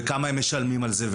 וכמה הם משלמים על זה.